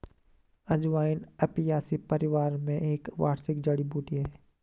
अजवाइन अपियासी परिवार में एक वार्षिक जड़ी बूटी है